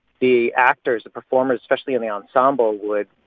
the actors, the performers, especially in the ensemble, would,